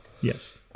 Yes